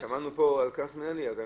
שמענו פה על קנס מינהלי.